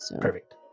Perfect